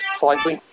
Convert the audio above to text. slightly